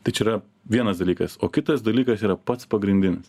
tai čia yra vienas dalykas o kitas dalykas yra pats pagrindinis